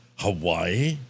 Hawaii